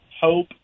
hope